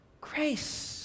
grace